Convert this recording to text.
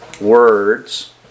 words